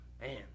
man